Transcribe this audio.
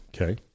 Okay